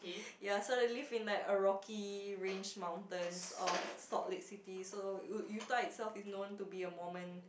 ya so they live like a rocky range mountains of Salt Lake City so uh Utah itself is known to be a Mormon